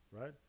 right